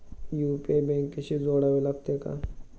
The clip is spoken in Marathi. यु.पी.आय बँकेशी जोडावे लागते का?